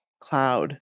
Cloud